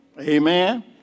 Amen